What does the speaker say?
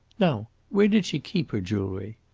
now, where did she keep her jewellery?